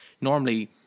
normally